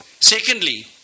Secondly